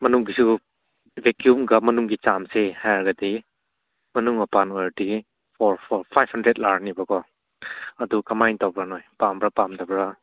ꯃꯅꯨꯡꯒꯤꯁꯨ ꯚꯦꯛꯀ꯭ꯌꯨꯝꯒ ꯃꯅꯨꯡꯒꯤ ꯆꯥꯝꯁꯦ ꯍꯥꯏꯔꯒꯗꯤ ꯃꯅꯨꯡ ꯃꯄꯥꯟ ꯑꯣꯏꯔꯗꯤ ꯐꯣꯔ ꯐꯣꯔ ꯐꯥꯏꯚ ꯍꯟꯗ꯭ꯔꯦꯗ ꯂꯥꯛꯑꯅꯦꯕꯀꯣ ꯑꯗꯨ ꯀꯃꯥꯏꯕ ꯇꯧꯕ꯭ꯔꯥ ꯅꯣꯏ ꯄꯥꯝꯕ꯭ꯔꯥ ꯄꯥꯝꯗꯕ꯭ꯔꯥ